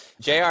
JR